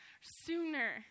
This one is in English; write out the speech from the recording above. sooner